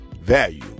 value